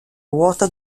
ruota